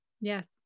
yes